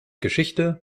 geschichte